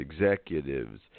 executives